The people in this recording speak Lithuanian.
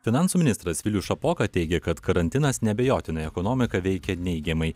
finansų ministras vilius šapoka teigia kad karantinas neabejotinai ekonomiką veikia neigiamai